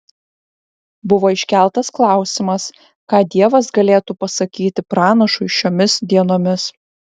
buvo iškeltas klausimas ką dievas galėtų pasakyti pranašui šiomis dienomis